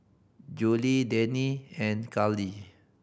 Julie Danny and Carlie